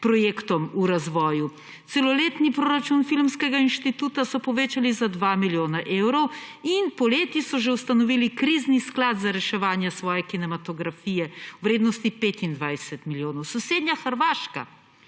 projektom v razvoju. Celoletni proračun Filmskega instituta so povečali za dva milijona evrov in poleti so že ustanovili krizni sklad za reševanje svoje kinematografije v vrednosti 25 milijonov. Sosednja Hrvaška